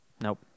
Nope